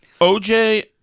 OJ